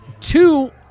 two